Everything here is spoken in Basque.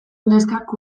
neskak